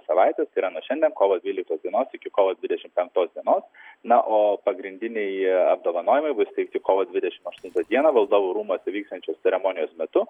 savaites tai yra nuo šiandien kovo dvyliktos dienos iki kovo dvidešimt penktos dienos na o pagrindiniai apdovanojimai bus įteikti kovo dvidešimt aštuntą dieną valdovų rūmuose vyksiančios ceremonijos metu